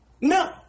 No